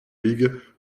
huyghe